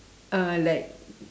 uh like